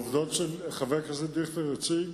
העובדות שחבר הכנסת דיכטר הציג,